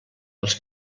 els